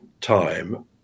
time